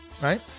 right